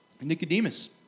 Nicodemus